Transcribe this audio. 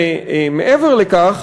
ומעבר לכך,